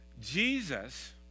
Jesus